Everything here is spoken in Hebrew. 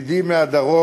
תודה, ידידי מהדרום,